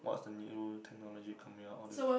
watch the new technology coming out all this